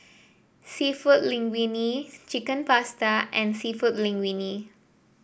seafood Linguine Chicken Pasta and seafood Linguine